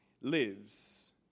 lives